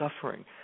suffering